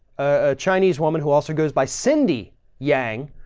a chinese woman who also goes by cindy yang,